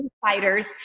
fighters